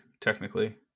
technically